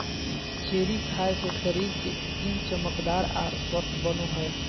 cherry खाय से शरीर के स्किन चमकदार आर स्वस्थ बनो हय